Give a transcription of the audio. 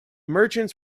merchants